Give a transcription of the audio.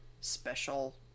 special